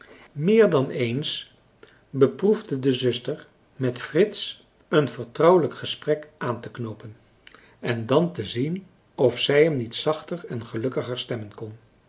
meer dan eens beproefde de zuster met frits een vertrouwelijk gesprek aan te knoopen en dan te zien of zij hem niet zachter en gelukkiger stemmen kon